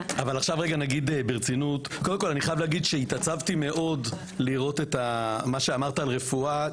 להגיד שהתעצבתי מאוד לראות את מה שאמרת על הרפואה,